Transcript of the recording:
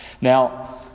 Now